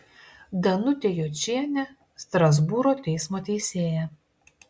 danutė jočienė strasbūro teismo teisėja